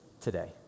today